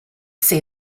say